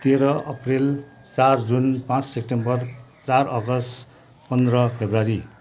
तेह्र अप्रिल चार जुन पाँच सेप्टेम्बर चार अगस्त पन्ध्र फेब्रुअरी